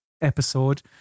episode